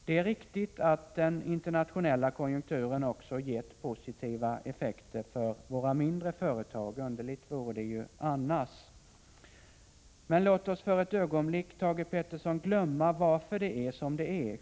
Det är riktigt att den internationella konjunkturen också gett positiva effekter för våra mindre företag, underligt vore det annars. Men låt oss för ett ögonblick, Thage Peterson, glömma varför det är som det är.